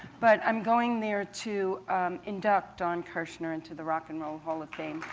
but i'm going there to induct don kirshner into the rock and roll hall of fame.